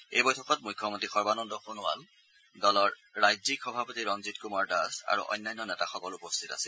এই বৈঠকত মুখ্যমন্ত্ৰী সৰ্বানন্দ সোণোৱাল দলৰ ৰাজ্যিক সভাপতি ৰঞ্জিৎ কুমাৰ দাস আৰু অন্যান্য নেতাসকল উপস্থিত আছিল